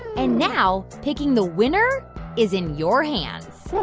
and now picking the winner is in your hands.